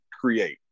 create